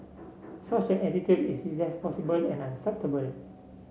such an attitude is irresponsible and unacceptable